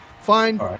Fine